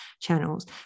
channels